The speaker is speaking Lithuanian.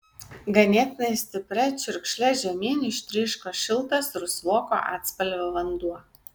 ganėtinai stipria čiurkšle žemyn ištryško šiltas rusvoko atspalvio vanduo